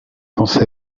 cancer